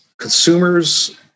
consumers